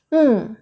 mm